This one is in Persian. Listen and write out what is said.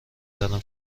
دارم